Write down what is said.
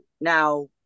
now